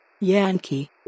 Yankee